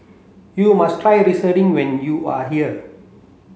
you must try Serunding when you are here